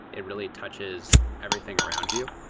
it really touches everything around you.